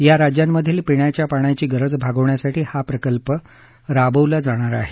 या राज्यांमधील पिण्याच्या पाण्याची गरज भागवण्यासाठी हा प्रकल्प राबवला जाणार आहे